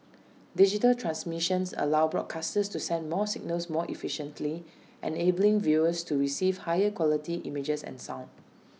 digital transmissions allow broadcasters to send more signals more efficiently enabling viewers to receive higher quality images and sound